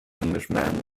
englishman